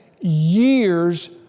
years